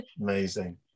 Amazing